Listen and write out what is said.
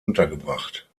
untergebracht